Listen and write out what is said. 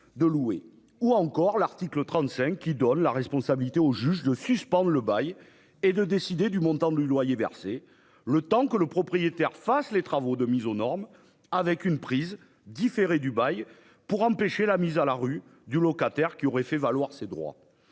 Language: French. lui, vise à donner au juge la responsabilité de suspendre le bail et de décider du montant de loyer versé, le temps que le propriétaire fasse les travaux de mise aux normes, avec une prise différée du bail pour empêcher la mise à la rue du locataire qui aurait fait valoir ses droits.